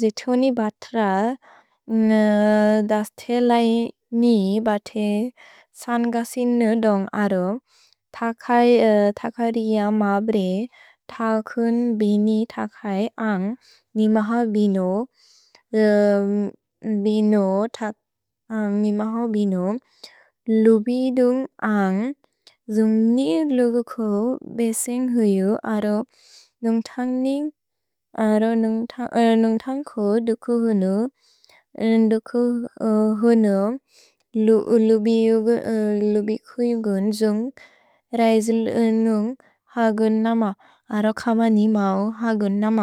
जितुनि बत्र न्ग दस् तेलै नि बते सन्गसिन् नुदोन्ग् अरो, त खै, त ख रिय म ब्रे, त खुन् बिनि त खै अन्ग् निम हा, बिनो, बिनो, निम हा, बिनो। लुबि दुन्ग् अन्ग् जुन्ग् नि लोगु को बेसिन् हुयु अरो नुन्ग् थन्ग् नि, अरो नुन्ग् थन्ग् को दुकु हुनु, दुकु हुनु, लुबि कुइ गुन् जुन्ग् रैज् नुन्ग् हा गुन् नम, अरो कम निम हा गुन् नम।